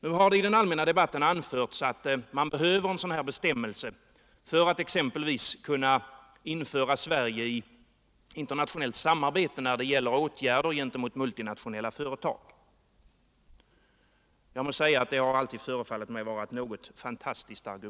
Nu har det i den allmänna debatten anförts att man behöver ett sådant beslut för att exempelvis kunna införa Sverige i internationellt samarbete när det gäller åtgärder gentemot multinationella företag. Detta argument har alltid förefallit mig fantastiskt.